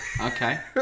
Okay